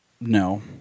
No